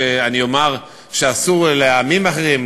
שאני אומר שאסור לעמים אחרים,